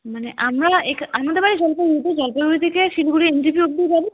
মানে আমরা একা আমাদের বাড়ি জলপাইগুড়িতে জলপাইগুড়ি থেকে শিলিগুড়ি এনজেপি অবধি যাব